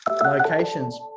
locations